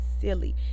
silly